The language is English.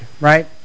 Right